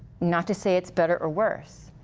not to say it's better or worse.